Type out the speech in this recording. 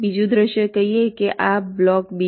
બીજું દૃશ્ય કહીએ કે આ બ્લોક B1 અને B2 છે